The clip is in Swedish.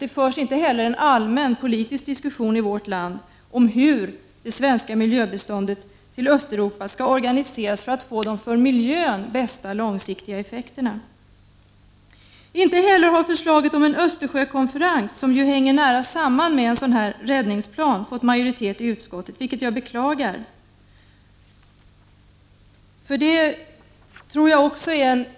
Det förs inte heller en allmän politisk diskussion i vårt land om hur det svenska miljöbiståndet till Östeuropa skall organiseras för att man skall få de för miljön bästa långsiktiga effekterna. Inte heller har förslaget om en Östersjökonferens, som ju hänger nära samman med en räddningsplan, fått majoritet i utskottet, vilket jag beklagar.